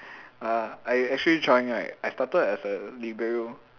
uh I actually join right I started as a libero